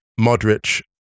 Modric